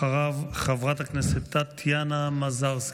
אחריו, חברת הכנסת טטיאנה מזרסקי,